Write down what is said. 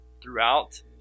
throughout